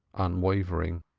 unwavering.